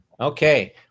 Okay